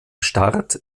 start